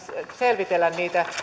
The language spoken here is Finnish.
selvitellä niitä